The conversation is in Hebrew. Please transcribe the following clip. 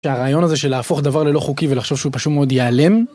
שהרעיון הזה של להפוך דבר ללא חוקי ולחשוב שהוא פשוט מאוד ייעלם.